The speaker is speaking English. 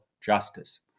justice